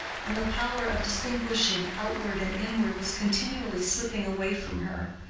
and the power of distinguishing outward and inward was continually slipping away from her.